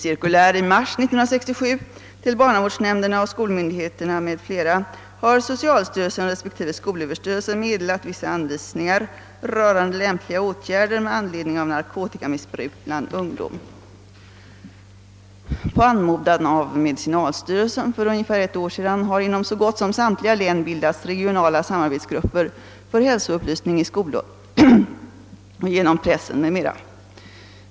— Jag kan tilllägga att jag just i dag fått förslaget i min hand. På anmodan av medicinalstyrelsen för ungefär ett år sedan har inom så gott som samtliga län bildats regionala samarbetsgrupper för hälsoupplysning i skolor och genom pressen m.m.